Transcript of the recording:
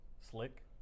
Slick